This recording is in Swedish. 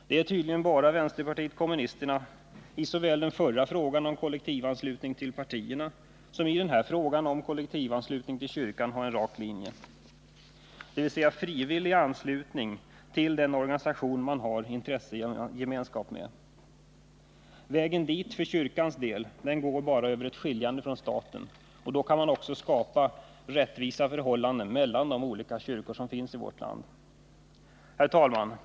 Det är tydligen bara vpk som i såväl den förra frågan om kollektivanslutning till de politiska partierna som i den här frågan om kollektivanslutning till kyrkan har en rak linje, dvs. frivillig anslutning till den organisation som man har intressegemenskap med. Vägen dit för kyrkans del går över ett skiljande från staten, och då kan man också skapa rättvisa förhållanden mellan de olika kyrkor som finns i vårt land. Herr talman!